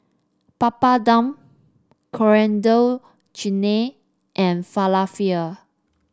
Papadum Coriander Chutney and Falafel